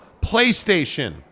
PlayStation